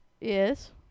Yes